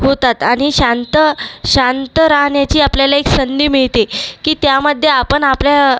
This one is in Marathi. होतात आणि शांत शांत राहण्याची आपल्याला एक संधी मिळते की त्यामध्ये आपण आपल्या